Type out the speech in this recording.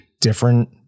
different